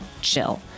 chill